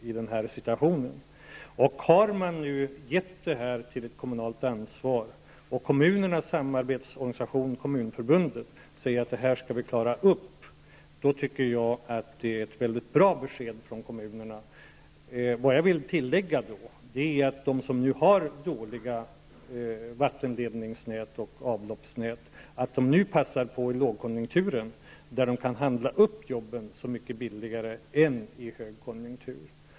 Eftersom man har gett denna fråga ett kommunalt ansvar och eftersom kommunernas samarbetsorganisation, Kommunförbundet, säger att kommunerna skall klara det här, tycker jag att det är ett väldigt bra besked. Jag vill dock tillägga: De kommuner som har dåliga vatten och avloppsnät bör nu passa på att handla upp ''jobben'' till ett lägre pris än de kan göra under högkonjunktur.